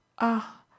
Ah